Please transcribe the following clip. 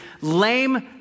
lame